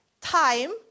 time